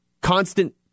constant